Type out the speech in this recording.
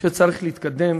כבוד נשיא הרפובליקה של צרפת,